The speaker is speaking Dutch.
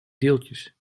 deeltjes